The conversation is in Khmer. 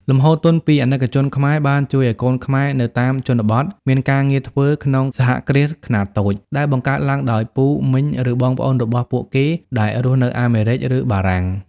លំហូរទុនពីអាណិកជនខ្មែរ បានជួយឱ្យកូនខ្មែរនៅតាមជនបទមានការងារធ្វើក្នុង "សហគ្រាសខ្នាតតូច" ដែលបង្កើតឡើងដោយពូ មីង ឬបងប្អូនរបស់ពួកគេដែលរស់នៅអាមេរិក ឬបារាំង។